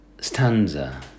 stanza